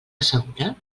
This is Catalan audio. assegura